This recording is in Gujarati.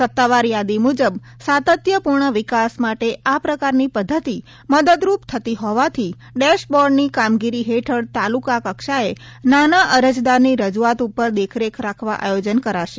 સત્તાવાર યાદી મુજબ સાતત્યપૂર્ણ વિકાસ માટે આ પ્રકારની પદ્ધતિ મદદરૂપ થતી હોવાથી ડેશ બોર્ડની કામગીરી હેઠળ તાલુકા કક્ષાએ નાના અરજદારની રજૂઆત ઉપર દેખરેખ રાખવા આયોજન કરાશે